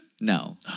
No